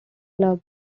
clubs